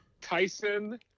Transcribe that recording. Tyson